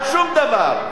על שום דבר.